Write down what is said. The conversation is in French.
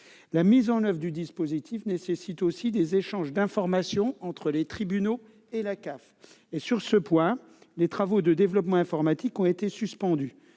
La mise en oeuvre du dispositif nécessite aussi des échanges d'informations entre les tribunaux et la CAF. Sur ce point, les travaux de développement informatique ont été suspendus